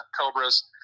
Cobras